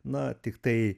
na tiktai